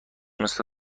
مثل